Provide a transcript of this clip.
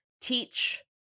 teach